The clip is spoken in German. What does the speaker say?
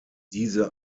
diese